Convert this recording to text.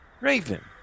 Raven